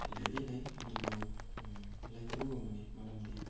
ꯂꯩꯗꯤ ꯂꯩ ꯑꯗꯨꯕꯨ ꯂꯩꯇꯕꯒꯨꯝꯕꯅꯤ ꯃꯔꯝꯗꯤ